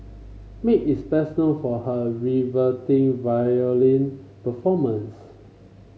Mae is best known for her riveting violin performance